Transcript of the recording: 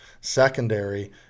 Secondary